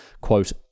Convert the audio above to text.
quote